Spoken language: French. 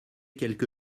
quelque